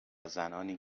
زنانی